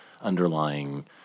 underlying